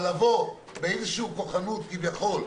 אבל לבוא באיזושהי כוחנות כביכול,